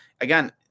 again